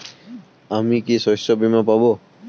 আমি কি শষ্যবীমা পাব?